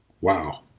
wow